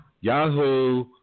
yahoo